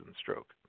stroke